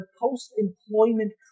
post-employment